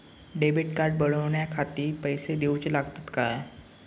Debit card बनवण्याखाती पैसे दिऊचे लागतात काय?